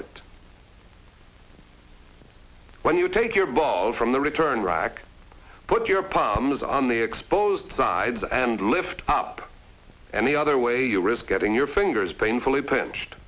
it when you take your ball from the return rag put your palms on the exposed sides and lift up and the other way you risk getting your fingers painfully pinched